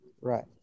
Right